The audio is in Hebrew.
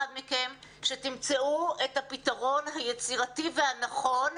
מכם שתמצאו את הפתרון היצירתי והנכון,